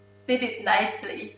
sitting nicely,